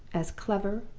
as clever,